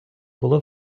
було